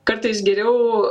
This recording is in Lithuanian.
kartais geriau